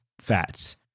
fats